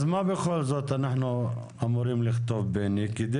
אז מה בכל זאת אנחנו אמורים לכתוב כדי